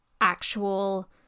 actual